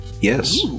Yes